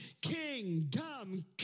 kingdom